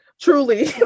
Truly